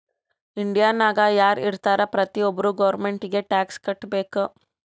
ಇಂಡಿಯಾನಾಗ್ ಯಾರ್ ಇರ್ತಾರ ಪ್ರತಿ ಒಬ್ಬರು ಗೌರ್ಮೆಂಟಿಗಿ ಟ್ಯಾಕ್ಸ್ ಕಟ್ಬೇಕ್